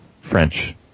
French